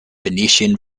venetian